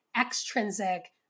extrinsic